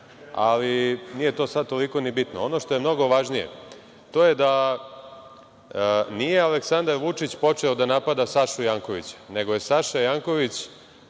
Ali, nije to sad toliko ni bitno. Ono što je mnogo važnije, to je da nije Aleksandar Vučić počeo da napada Sašu Jankovića, nego je Saša Janković